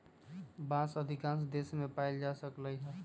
बांस अधिकांश देश मे पाएल जा सकलई ह